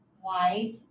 white